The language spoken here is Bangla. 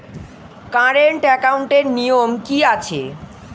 কারেন্ট একাউন্টের নিয়ম কী আছে?